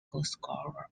goalscorer